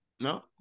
No